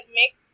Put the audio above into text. make